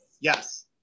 Yes